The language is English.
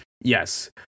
Yes